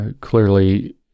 clearly